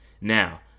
now